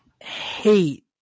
hate